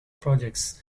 projects